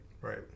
Right